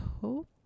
hope